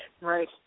Right